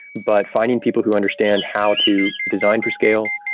but finding people who understand how to design for scale,